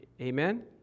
Amen